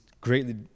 greatly